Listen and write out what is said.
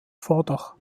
vordach